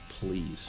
Please